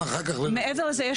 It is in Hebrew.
--- מעבר לזה,